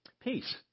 Peace